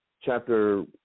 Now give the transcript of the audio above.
chapter